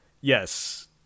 Yes